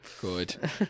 Good